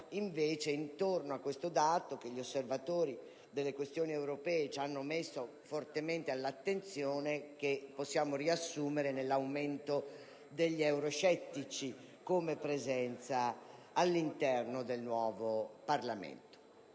invece al dato che gli osservatori delle questioni europee ci hanno messo fortemente all'attenzione e che possiamo riassumere nell'aumento degli euroscettici come presenza all'interno del nuovo Parlamento.